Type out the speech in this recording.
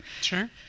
sure